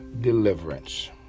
deliverance